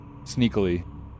Sneakily